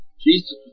Jesus